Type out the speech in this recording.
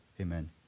Amen